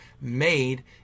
made